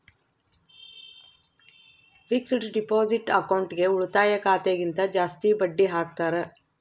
fixed deposit ಅಕೌಂಟ್ಗೆ ಉಳಿತಾಯ ಖಾತೆ ಗಿಂತ ಜಾಸ್ತಿ ಬಡ್ಡಿ ಹಾಕ್ತಾರ